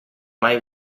mai